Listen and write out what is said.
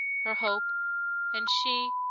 her hope and she,